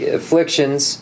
afflictions